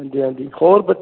ਹਾਂਜੀ ਹਾਂਜੀ ਹੋਰ ਬ